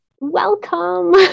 welcome